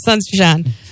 sunshine